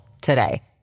today